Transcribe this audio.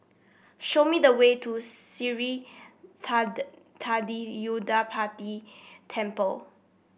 show me the way to Sri Thendayuthapani Temple